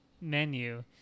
menu